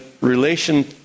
relation